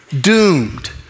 doomed